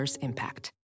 impact